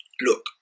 look